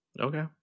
Okay